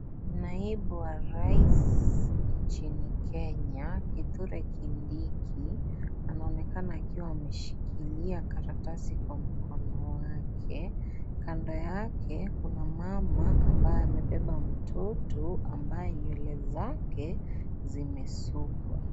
Naibu wa rais nchini Kenya Kithure Kindiki anaonekana akiwa ameshikilia karatasi kwa mkono wake. kando yake kuna mama ambaye amebeba mtoto ambaye nywele zake zimesukwa.